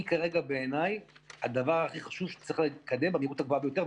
היא כרגע בעיניי הדבר הכי חשוב שצריך לקדם במהירות הגבוהה ביותר,